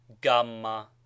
Gamma